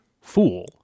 fool